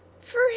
For